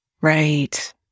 Right